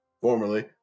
formerly